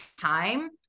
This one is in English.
time